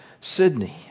Sydney